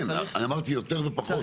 כן, אני אמרתי יותר ופחות.